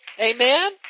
Amen